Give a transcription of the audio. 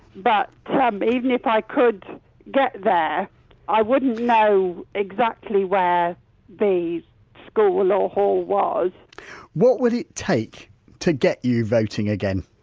but even if i could get there i wouldn't know exactly where the school or hall was what would it take to get you voting again?